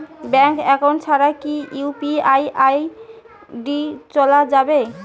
Bank account ছাড়া কি UPI ID চোলা যাবে?